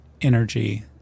energy